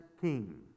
king